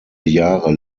jahre